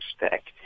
expect